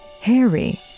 Harry